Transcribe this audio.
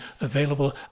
available